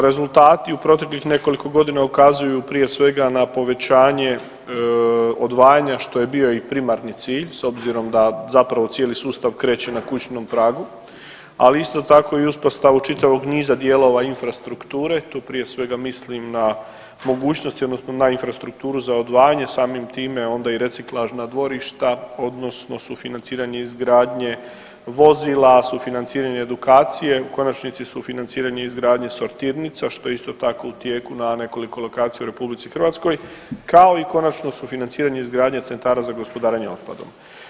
Rezultati u proteklih nekoliko godina ukazuju prije svega na povećanje odvajanja što je bio i primarni cilj s obzirom da zapravo cijeli sustav kreće na kućnom pragu, ali isto tako i uspostavu čitavog niza dijelova infrastrukture, tu prije svega mislim na mogućnosti odnosno na infrastrukturu za odvajanje, samim time, a onda i reciklažna dvorišta odnosno sufinanciranje izgradnje vozila, sufinanciranje edukacije u konačnici sufinanciranje i izgradnje sortirnica što isto tako u tijeku na nekoliko lokacija u RH kao i konačno sufinanciranje i izgradnje centara za gospodarenje otpadom.